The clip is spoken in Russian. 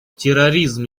терроризм